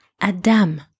adam